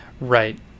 Right